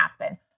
Aspen